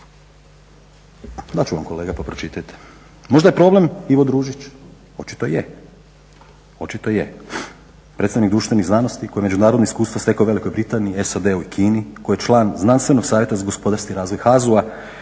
28 uglednih znanstvenika. Možda je problem Ivo Družić, očito je, predstavnik društvenih znanosti koje međunarodno iskustvo stekao u Velikoj Britaniji, SAD-u i Kini, koji je član Znanstvenog savjeta uz gospodarski razvoj HAZU-a